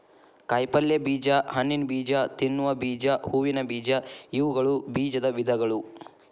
ಕಾಯಿಪಲ್ಯ ಬೇಜ, ಹಣ್ಣಿನಬೇಜ, ತಿನ್ನುವ ಬೇಜ, ಹೂವಿನ ಬೇಜ ಇವುಗಳು ಬೇಜದ ವಿಧಗಳು